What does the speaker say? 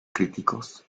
críticos